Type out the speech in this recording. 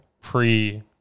pre